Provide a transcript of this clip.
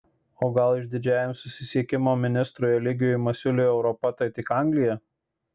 o gal išdidžiajam susisiekimo ministrui eligijui masiuliui europa tai tik anglija